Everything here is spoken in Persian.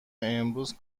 امروز